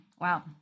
Wow